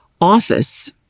office